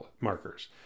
markers